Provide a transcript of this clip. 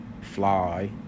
fly